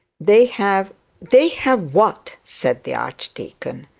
they have they have what said the archdeacon.